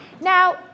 Now